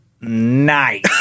Nice